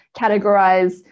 categorize